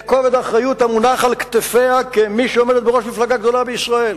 את כובד האחריות המונח על כתפיה כמי שעומדת בראש מפלגה גדולה בישראל.